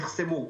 נחסמו,